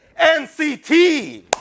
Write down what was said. NCT